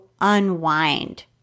unwind